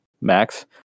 Max